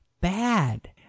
bad